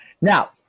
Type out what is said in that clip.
Now